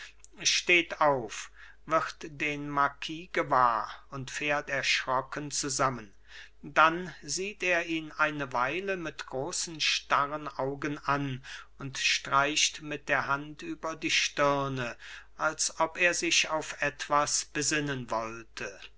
steht auf wird den marquis gewahr und fährt erschrocken zusammen dann sieht er ihn eine weile mit großen starren augen an und streicht mit der hand über die stirne als ob er sich auf etwas besinnen wollte